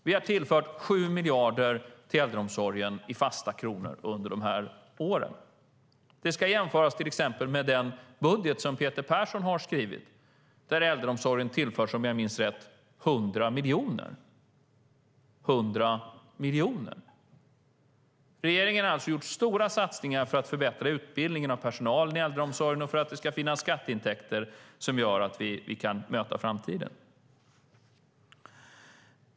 Vi har tillfört 7 miljarder till äldreomsorgen i fasta kronor under dessa år. Det ska jämföras med den budget som Peter Persson har skrivit där äldreomsorgen tillförs 100 miljoner, om jag minns rätt. Regeringen har gjort stora satsningar för att förbättra utbildningen av personalen i äldreomsorgen och för att det ska finnas skatteintäkter som gör att vi kan möta framtiden.